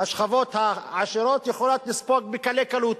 השכבות העשירות יכולות לספוג בקלי קלות,